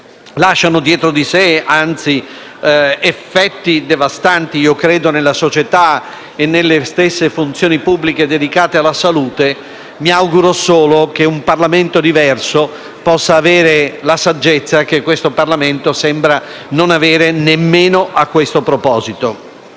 lasciano dietro di sé effetti devastanti. Credo nella società e nelle stesse funzioni pubbliche dedicate alla salute. Mi auguro solo che un Parlamento diverso possa avere la saggezza che questo Parlamento sembra non avere, nemmeno a questo proposito.